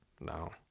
No